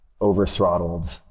overthrottled